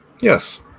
Yes